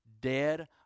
dead